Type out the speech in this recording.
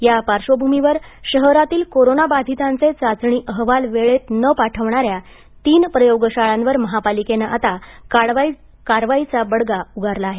या पार्श्वभूमीवर शहरातील करोनाबाधितांचे चाचणी अहवाल वेळेत न पाठवणाऱ्या तीन प्रयोगशाळांवर महापालिकेने आता कारवाईचा बडगा उगारला आहे